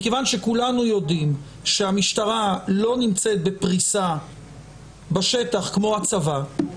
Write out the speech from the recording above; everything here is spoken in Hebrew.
מכיוון שכולנו יודעים שהמשטרה לא נמצאת בשטח כמו הצבא,